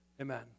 Amen